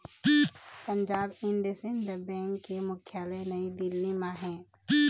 Punjab and Sind bank के मुख्यालय नई दिल्ली म हे